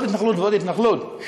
עוד התנחלות ועוד התנחלות.